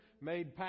made